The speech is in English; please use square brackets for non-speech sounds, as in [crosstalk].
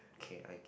K I [noise]